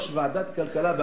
ראש ועדת הכלכלה בכנסת,